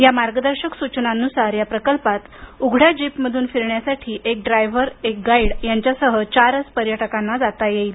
या सूचनांनुसार या प्रकल्पात उघड्या जीपमधून फिरण्यासाठी एक ड्रायव्हर एक गाईड यांच्यासह चारच पर्यटकांना जाता येईल